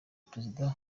perezida